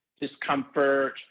discomfort